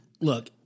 Look